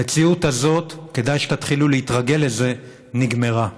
המציאות הזאת, כדאי שתתחילו להתרגל לזה, נגמרה.